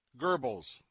Goebbels